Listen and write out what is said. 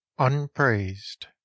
Unpraised